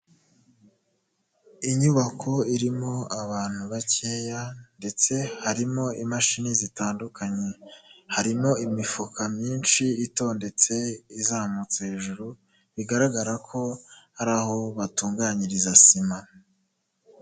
Inyubako irimo abantu bakeya ndetse harimo imashini zitandukanye, harimo imifuka myinshi itondetse, izamutse hejuru, bigaragara ko ari aho batunganyiriza sima.